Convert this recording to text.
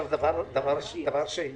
דבר שני,